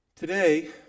Today